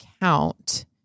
count